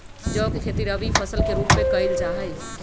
जौ के खेती रवि फसल के रूप में कइल जा हई